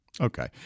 Okay